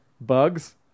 bugs